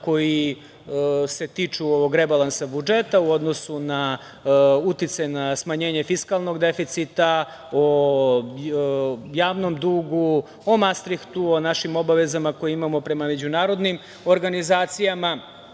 koji se tiču ovog rebalansa budžeta u odnosu na uticaj na smanjenje fiskalnog deficita, o javnom dugu, o Mastrihtu, o našim obavezama koje imamo prema međunarodnim organizacijama